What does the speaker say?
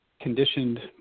conditioned